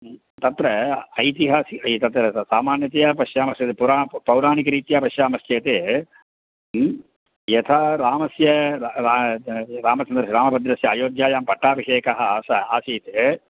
तत्र ऐतिहासिकम् एतत् सामान्यतया पश्यामश्चेत् पुरा पौराणिकरीत्या पश्यामश्चेत् ह्म् यथा रामस्य रा रामचन्द्रः रामभद्रस्य आयोध्यायां पट्टाभिषेकः आस आसीत्